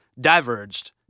diverged